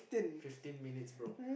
fifteen minutes bro